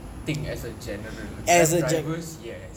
thing as a general and Grab drivers yes